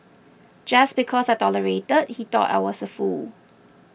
just because I tolerated he thought I was a fool